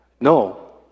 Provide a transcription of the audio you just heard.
no